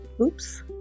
Oops